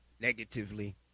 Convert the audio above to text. negatively